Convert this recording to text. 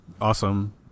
Awesome